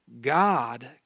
God